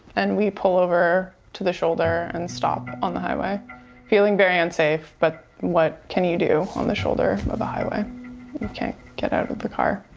and we pull over to the shoulder and stop on the highway feeling very unsafe but what can you do on the shoulder of a highway? you can't get out of the car.